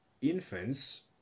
infants